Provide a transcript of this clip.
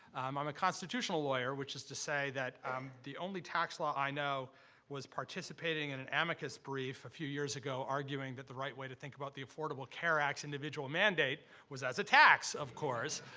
i'm um a constitutional lawyer, which is to say that um the only tax law i know was participating in an amicus brief a few years ago, arguing that the right way to think about the affordable care act's individual mandate was as a tax, of course.